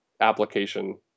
application